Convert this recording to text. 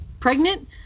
pregnant